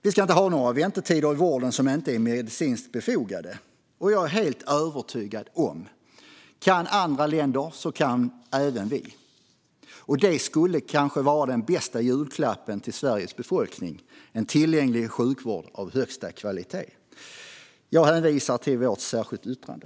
Vi ska inte ha några väntetider i vården som inte är medicinskt befogade, och jag är helt övertygad om följande: Kan andra länder kan även vi. Den bästa julklappen till Sveriges befolkning kanske skulle vara just en tillgänglig sjukvård av högsta kvalitet. Jag hänvisar till vårt särskilda yttrande.